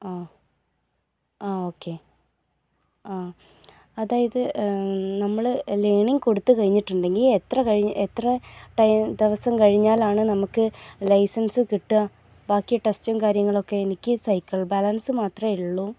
ആ ആ ഓക്കെ ആ അതായത് നമ്മൾ ലേണിങ് കൊടുത്ത് കഴിഞ്ഞിട്ടുണ്ടെങ്കിൽ എത്ര കഴിഞ് എത്ര ദിവസം കഴിഞ്ഞാലാണ് നമുക്ക് ലൈസൻസ് കിട്ടുക ബാക്കി ടെസ്റ്റും കാര്യങ്ങളൊക്കെ എനിക്ക് സൈക്കിൾ ബാലൻസ് മാത്രമേ ഉള്ളൂ